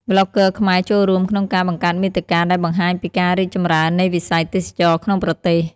ប្លុកហ្គើខ្មែរចូលរួមក្នុងការបង្កើតមាតិកាដែលបង្ហាញពីការរីកចម្រើននៃវិស័យទេសចរណ៍ក្នុងប្រទេស។